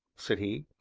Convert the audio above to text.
said he.